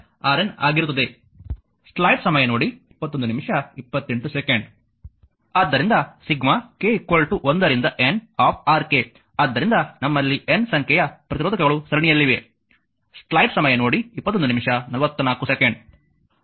ಆದ್ದರಿಂದ sigma k 1 ರಿಂದ N ಆದ್ದರಿಂದ ನಮ್ಮಲ್ಲಿ N ಸಂಖ್ಯೆಯ ಪ್ರತಿರೋಧಕಗಳು ಸರಣಿಯಲ್ಲಿವೆ